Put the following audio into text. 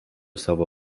savo